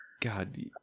God